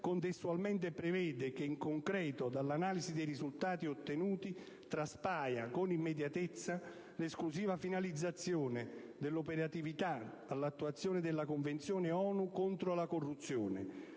contestualmente prevede che, in concreto, dall'analisi dei risultati ottenuti, traspaia con immediatezza l'esclusiva finalizzazione dell'operatività all'attuazione della Convenzione ONU contro la corruzione,